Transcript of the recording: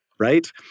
right